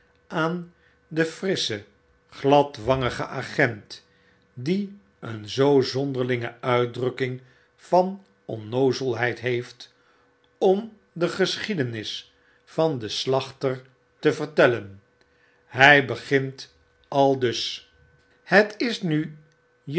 aan den frisschen gladwangigen agent die een zoo zonderlinge uitdrukking van onnoozelheid heeft om de geschiedenis van den slachter te vertelleh hy begint aldus hst is nu